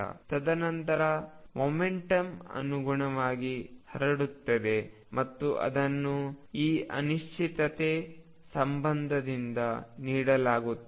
ತದನಂತರ ಮೊಮೆಂಟಮ್ ಅನುಗುಣವಾಗಿ ಹರಡುತ್ತದೆ ಮತ್ತು ಅದನ್ನು ಈ ಅನಿಶ್ಚಿತತೆ ಸಂಬಂಧದಿಂದ ನೀಡಲಾಗುತ್ತದೆ